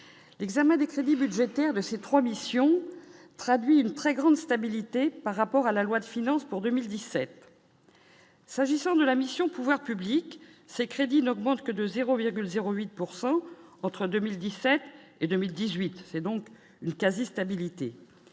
l'examen des crédits budgétaires de ces 3 missions traduit une très grande stabilité par rapport à la loi de finances pour 2017. S'agissant de la mission, pouvoirs publics, ces crédits n'augmente que de 0,0 8 pourcent entre 2017 et 2018, c'est donc une quasi-stabilité